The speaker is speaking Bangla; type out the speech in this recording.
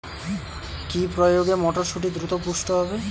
কি প্রয়োগে মটরসুটি দ্রুত পুষ্ট হবে?